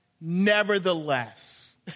Nevertheless